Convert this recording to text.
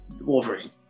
Wolverine